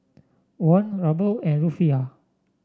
Won Ruble and Rufiyaa